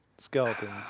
skeletons